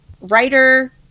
writer